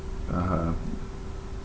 (uh huh)